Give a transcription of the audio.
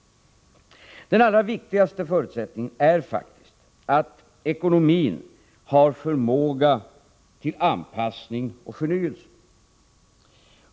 Den allra viktigaste förutsättningen är faktiskt att ekonomin har förmåga till anpassning och förnyelse.